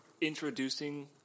introducing